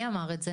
מי אמר את זה?